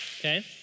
okay